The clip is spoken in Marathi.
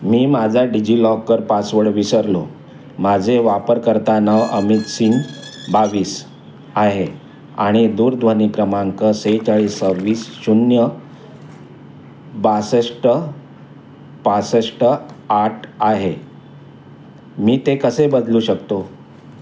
मी माझा डिजिलॉकर पासवर्ड विसरलो माझे वापरकर्ता नाव अमितसिंग बावीस आहे आणि दूरध्वनी क्रमांक सेहेचाळीस सव्वीस शून्य बासष्ट पासष्ट आठ आहे मी ते कसे बदलू शकतो